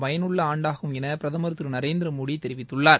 பயனுள்ள ஆண்டாகும் என பிரதமர் திரு நரேந்திரமோடி தெரிவித்துள்ளார்